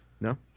No